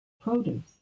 produce